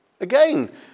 Again